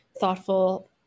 thoughtful